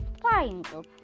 triangle